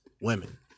women